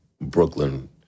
Brooklyn